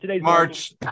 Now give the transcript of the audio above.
March